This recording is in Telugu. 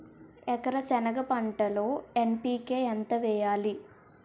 ఎకర సెనగ పంటలో ఎన్.పి.కె ఎంత వేయాలి?